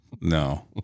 No